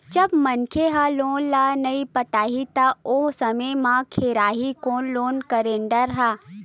जब मनखे ह लोन ल नइ पटाही त ओ समे म घेराही कोन लोन गारेंटर ह